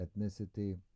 ethnicity